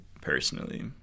personally